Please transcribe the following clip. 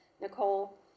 Nicole